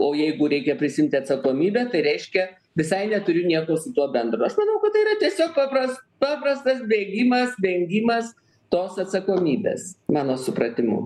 o jeigu reikia prisiimti atsakomybę tai reiškia visai neturiu nieko su tuo bendro aš manau kad tai yra tiesiog papras paprastas bėgimas vengimas tos atsakomybės mano supratimu